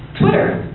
twitter.